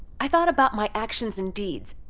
i thought about my actions and deeds.